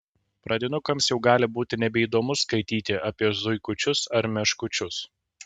pradinukams jau gali būti nebeįdomu skaityti apie zuikučius ar meškučius